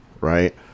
right